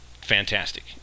fantastic